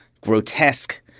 grotesque